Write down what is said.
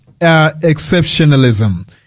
Exceptionalism